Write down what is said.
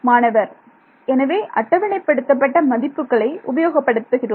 மாணவர் எனவே அட்டவணைப்படுத்தப்பட்ட மதிப்புகளை உபயோகப்படுத்துகிறோம்